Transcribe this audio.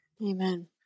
Amen